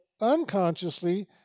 unconsciously